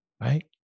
Right